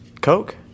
Coke